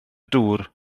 dŵr